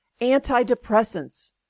antidepressants